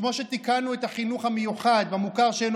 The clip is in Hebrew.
כמו שתיקנו את החינוך המיוחד במוכר שאינו